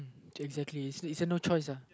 exactly is a is a no choice lah